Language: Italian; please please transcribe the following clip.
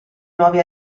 nuovi